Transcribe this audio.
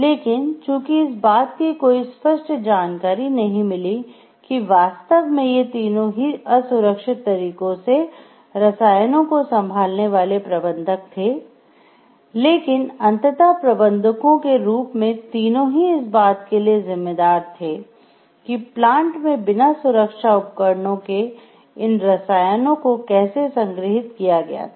लेकिन चूँकि इस बात की कोई स्पष्ट जानकारी नहीं मिली कि वास्तव में ये तीनों ही असुरक्षित तरीके से रसायनों को संभालने वाले प्रबंधक थे लेकिन अंततः प्रबंधकों के रूप में तीनों ही इस बात के लिए जिम्मेदार थे कि प्लांट में बिना सुरक्षा उपकरणों के इन रसायनों को कैसे संग्रहीत किया गया था